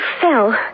fell